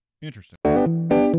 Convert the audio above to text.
Interesting